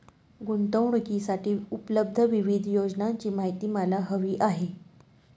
गुंतवणूकीसाठी उपलब्ध विविध योजनांची माहिती मला हवी आहे